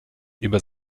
über